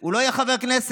אז הוא לא יהיה חבר כנסת.